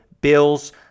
Bills